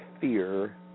fear